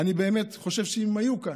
אני באמת חושב שאם הם היו כאן,